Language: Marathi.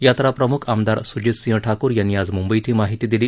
यात्राप्रमुख आमदार स्जीत सिंह ठाकूर यांनी आज मुंबईत ही माहिती दिली